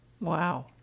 Wow